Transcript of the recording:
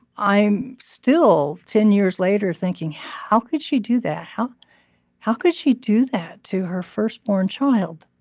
i'm still ten years later thinking, how could she do that? how how could she do that to her firstborn child?